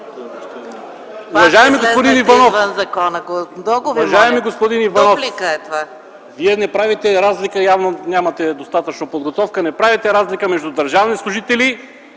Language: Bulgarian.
Уважаеми господин Иванов, Вие явно нямате достатъчно подготовка, не правите разлика между държавни служители